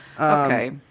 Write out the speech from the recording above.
Okay